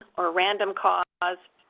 or random cause,